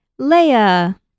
Leia